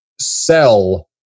sell